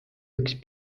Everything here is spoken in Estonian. üks